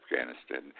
afghanistan